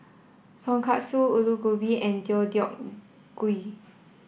Tonkatsu Alu Gobi and Deodeok Gui